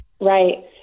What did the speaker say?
Right